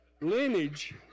lineage